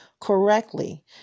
correctly